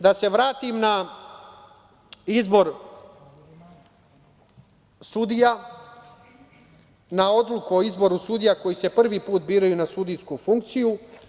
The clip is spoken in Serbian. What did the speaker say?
Da se vratim na izbor sudija, na odluku o izboru sudija koji se prvi put biraju na sudijsku funkciju.